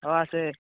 অঁ আছে